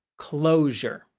closure.